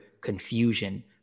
confusion